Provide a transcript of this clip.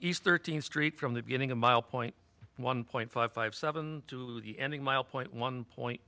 east thirteenth street from the beginning a mile point one point five five seven to the ending mile point one point